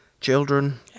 children